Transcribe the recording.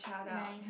nice